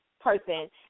person